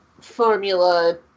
formula